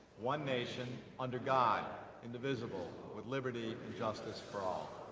one nation under god indivisible, with liberty and justice for all.